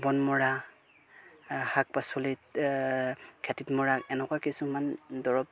বনমৰা শাক পাচলিত খেতিত মৰা এনেকুৱা কিছুমান দৰৱ